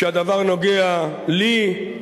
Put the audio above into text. שהדבר נוגע לי, לדידי,